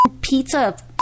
pizza